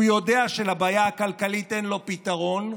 הוא יודע שלבעיה הכלכלית אין לו פתרון.